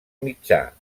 mitjà